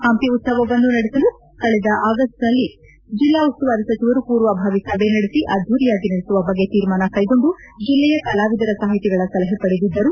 ಹಂಪಿ ಉತ್ಸವವನ್ನು ನಡೆಸಲು ಕಳೆದ ಆಗಷ್ಟ್ ತಿಂಗಳಲ್ಲಿ ಜಿಲ್ಲಾ ಉಸ್ತುವಾರಿ ಸಚಿವರು ಪೂರ್ವಭಾವಿ ಸಭೆ ನಡೆಸಿ ಅದ್ದೂರಿಯಾಗಿ ನಡೆಸುವ ಬಗ್ಗೆ ತೀರ್ಮಾನ ಕೈಗೊಂಡು ಜಿಲ್ಲೆಯ ಕಲಾವಿದರ ಸಾಹಿತಿಗಳ ಸಲಹೆ ಪಡೆದಿದ್ದರು